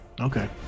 Okay